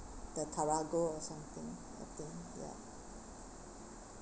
the Tarago or something I think ya